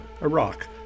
Iraq